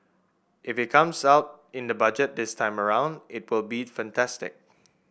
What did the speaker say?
if it comes out in the Budget this time around it would be fantastic